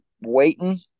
waiting